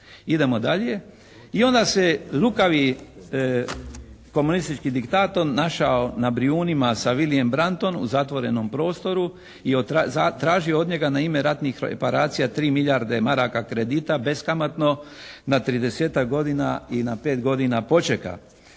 Idemo dalje. I onda se lukavi komunistički diktator našao na Brijunima sa Williyem Brantom u zatvorenom prostoru i tražio od njega na ime ratnih reparacija 3 milijarde maraka kredita bezkamatno na 30-ak godina i na 5 godina počeka.